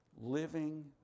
living